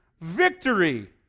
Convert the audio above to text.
victory